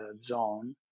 zone